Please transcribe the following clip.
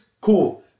cool